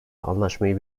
anlaşmayı